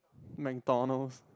McDonalds